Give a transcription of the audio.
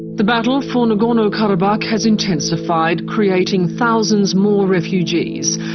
the battle for nagorno-karabakh has intensified, creating thousands more refugees.